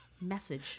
message